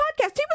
podcast